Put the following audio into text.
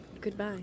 Goodbye